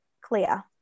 clear